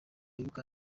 nibuka